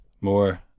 More